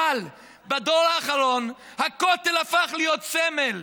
אבל בדור האחרון הכותל הפך להיות סמל,